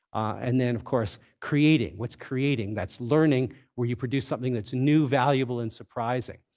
and then of course, creating. what's creating? that's learning where you produce something that's new, valuable, and surprising.